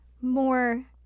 more